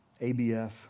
ABF